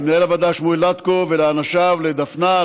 למנהל הוועדה שמואל לטקו ולאנשיו דפנה,